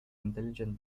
intelligent